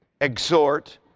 exhort